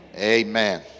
amen